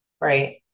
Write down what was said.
Right